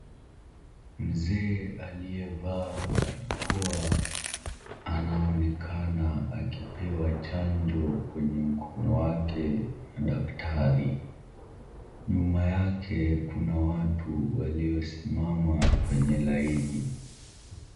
Mzee aliyevaa barakoa anaoenakana akipewa chanjo kwenye mkono wake na daktari. Nyuma yake kuna watu waliosimama kwenye laini.